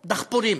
דחפורים.